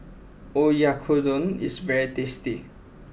Oyakodon is very tasty